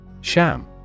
Sham